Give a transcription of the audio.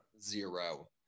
Zero